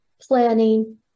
planning